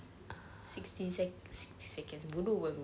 sixteen sec~ seconds bodoh bagus